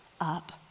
up